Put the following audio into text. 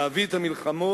להביא את המלחמות